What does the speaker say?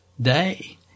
day